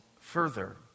further